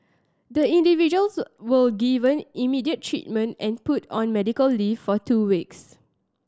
the individuals was given immediate treatment and put on medical leave for two weeks